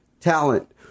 talent